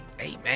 Amen